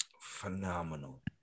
phenomenal